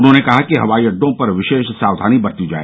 उन्होंने कहा कि हवाई अड़डों पर विशेष साक्वानी बरती जाए